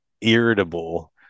irritable